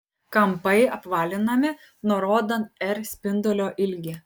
kampai apvalinami nurodant r spindulio ilgį